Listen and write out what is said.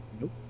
Nope